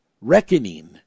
reckoning